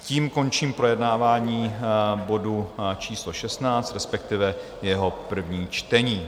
Tím končím projednávání bodu číslo 16, respektive jeho první čtení.